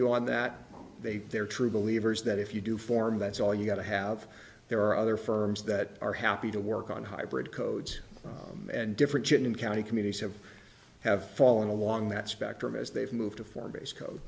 you on that they they're true believers that if you do form that's all you've got to have there are other firms that are happy to work on hybrid codes and different county communities have have fallen along that spectrum as they've moved to form base co